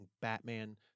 Batman